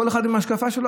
כל אחד עם ההשקפה שלו.